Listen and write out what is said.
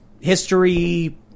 history